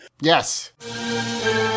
Yes